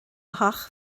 theach